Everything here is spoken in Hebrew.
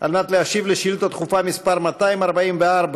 על מנת להשיב על שאילתה דחופה מס' 244